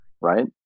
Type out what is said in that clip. Right